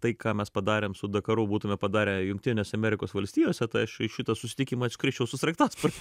tai ką mes padarėm su dakaru būtume padarę jungtinėse amerikos valstijose tai aš į šitą susitikimą atskrisčiau su sraigtasparniu